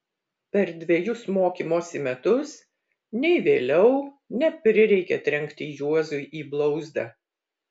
per dvejus mokymosi metus nei vėliau neprireikė trenkti juozui į blauzdą